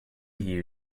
you